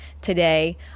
today